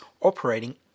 operating